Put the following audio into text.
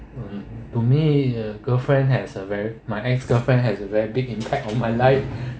um to me a girlfriend has a very my ex-girlfriend has a very big impact on my life